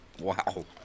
Wow